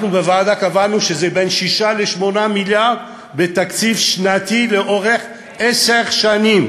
אנחנו בוועדה קבענו שזה בין 6 ל-8 מיליארד בתקציב שנתי לאורך עשר שנים.